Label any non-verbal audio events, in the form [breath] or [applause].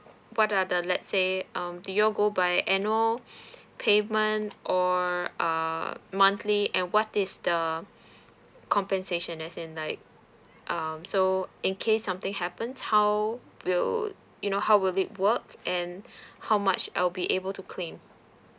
what are the let's say um do y'all go by annual [breath] payment or err monthly and what is the compensation as in like um so in case something happens how will you know how would it work and [breath] how much I'll be able to claim